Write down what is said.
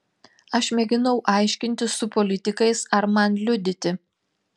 aš mėginau aiškintis su politikais ar man liudyti